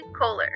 Kohler